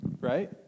right